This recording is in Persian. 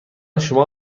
شما